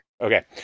okay